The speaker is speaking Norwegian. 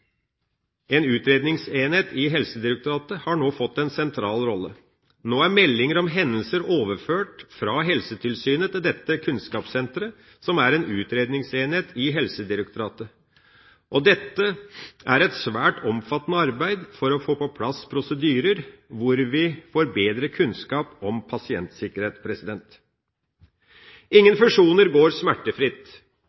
en utredningsenhet i Helsedirektoratet, nå har fått en sentral rolle. Nå er meldinger om hendelser overført fra Helsetilsynet til dette kunnskapssenteret. Dette er et svært omfattende arbeid for å få på plass prosedyrer hvor vi får bedre kunnskap om pasientsikkerhet. Ingen fusjoner går smertefritt, ingen